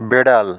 বেড়াল